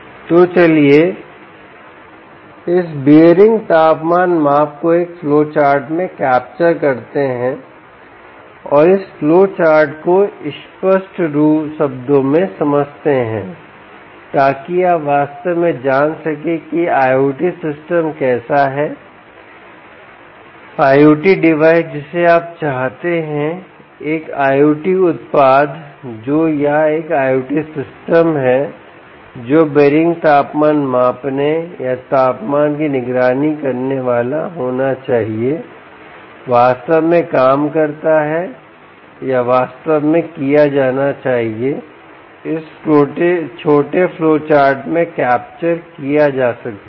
तो चलिए इस बीयररिंग तापमान माप को एक फ्लोचार्ट में कैप्चर करते हैं और इस फ्लोचार्ट को स्पष्ट शब्दों में समझाते हैं ताकि आप वास्तव में जान सकें कि IOT सिस्टम कैसा है IOT डिवाइस जिसे आप चाहते हैं एक IOT उत्पाद जो या एक IOT सिस्टम है जो बीयररिंग तापमान मापने या तापमान की निगरानी करने वाला होना चाहिए वास्तव में काम करता है या वास्तव में किया जाना चाहिए इस छोटे फ्लोचार्ट में कैप्चर किया जा सकता है